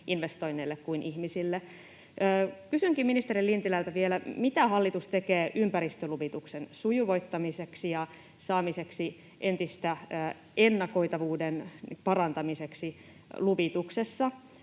investoinneille kuin ihmisille. Kysynkin ministeri Lintilältä vielä: mitä hallitus tekee ympäristöluvituksen sujuvoittamiseksi ja ennakoitavuuden parantamiseksi luvituksessa